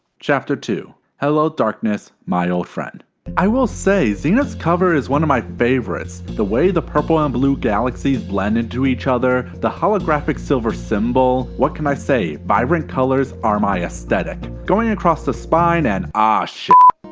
chapter two hello darkness my old friend i will say zenith's cover is one of my favorites. the way the purple and blue galaxies blend into each other, the holographic silver symbol, what can i say vibrant colors are my aesthetic. going across the spine and ah